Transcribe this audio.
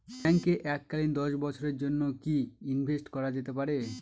ব্যাঙ্কে এককালীন দশ বছরের জন্য কি ইনভেস্ট করা যেতে পারে?